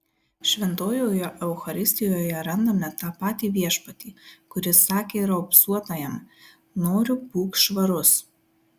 šventojoje eucharistijoje randame tą patį viešpatį kuris sakė raupsuotajam noriu būk švarus